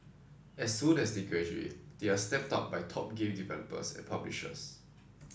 as soon as they graduate they are snapped up by top game developers and publishers